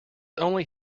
only